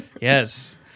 Yes